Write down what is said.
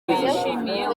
yishimiye